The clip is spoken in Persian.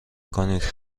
کنید